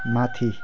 माथि